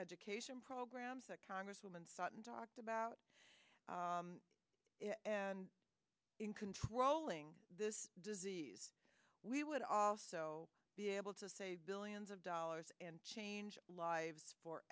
education programs that congresswoman sought and talked about and in controlling this disease we would also be able to save billions of dollars and change lives for